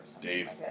Dave